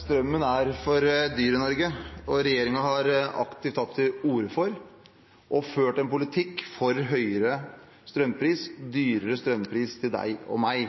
Strømmen er for dyr i Norge, og regjeringen har aktivt tatt til orde for og ført en politikk for høyere strømpris – dyrere strøm til deg og meg.